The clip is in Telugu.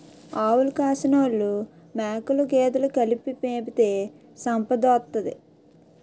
ఆవులు కాసినోలు మేకలు గేదెలు కలిపి మేపితే సంపదోత్తది